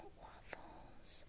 waffles